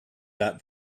that